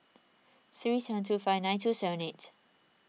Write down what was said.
three seven two five nine two seven eight